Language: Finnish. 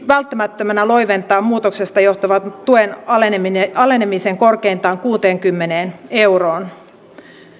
välttämättömänä loiventaa muutoksesta johtuva tuen aleneminen korkeintaan kuuteenkymmeneen euroon